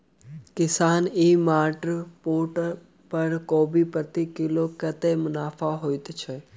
किसान e mart portal पर कोबी प्रति किलो कतै मुनाफा होइ छै?